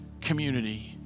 community